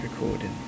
recording